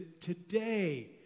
today